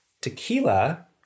tequila